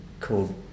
called